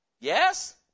Yes